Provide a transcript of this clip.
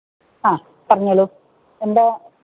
ആ പറഞ്ഞോളൂ എന്താ